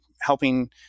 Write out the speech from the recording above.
helping